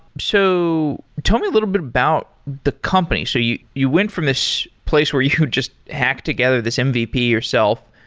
so tell me a little bit about the company. so you you went from this place where you just hack together this mvp yourself,